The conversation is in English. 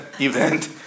event